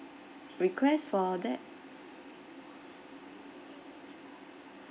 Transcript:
request for that